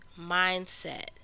mindset